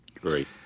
Great